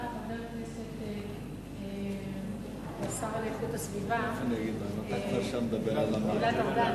חבר הכנסת השר לאיכות הסביבה גלעד ארדן.